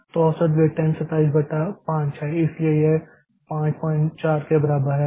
तो औसत wait time 27 बटा 5 है इसलिए यह 54 के बराबर है